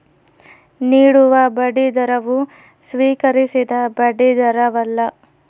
ನೀಡುವ ಬಡ್ಡಿದರವು ಸ್ವೀಕರಿಸಿದ ಬಡ್ಡಿದರವಲ್ಲ